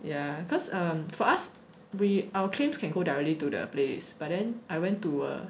ya err cause for us we our claims can go directly to the place but then I went to a